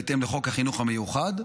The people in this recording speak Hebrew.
בהתאם לחוק החינוך המיוחד,